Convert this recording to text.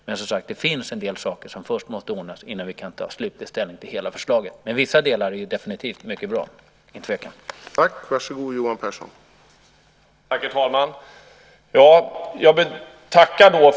Men, som sagt, det finns en del saker som först måste ordnas innan vi kan ta slutlig ställning till hela förslaget. Men vissa delar är definitivt mycket bra, utan tvekan.